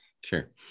Sure